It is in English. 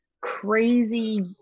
crazy